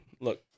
Look